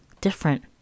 different